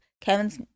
Kevin's